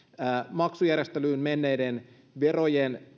maksujärjestelyyn menneiden verojen